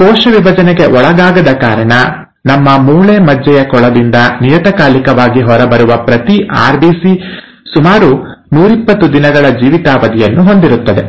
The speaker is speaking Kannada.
ಕೋಶ ವಿಭಜನೆಗೆ ಒಳಗಾಗದ ಕಾರಣ ನಮ್ಮ ಮೂಳೆ ಮಜ್ಜೆಯ ಕೊಳದಿಂದ ನಿಯತಕಾಲಿಕವಾಗಿ ಹೊರಬರುವ ಪ್ರತಿ ಆರ್ಬಿಸಿ ಸುಮಾರು 120 ದಿನಗಳ ಜೀವಿತಾವಧಿಯನ್ನು ಹೊಂದಿರುತ್ತದೆ